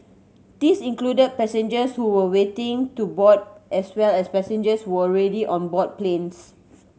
these included passengers who were waiting to board as well as passengers who were already on board planes